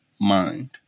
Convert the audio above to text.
mind